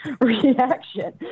reaction